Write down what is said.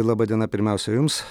laba diena pirmiausia jums